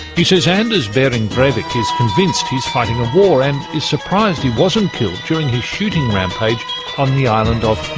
he says anders behring breivik is convinced he's fighting a war and is surprised he wasn't killed during his shooting rampage on the island of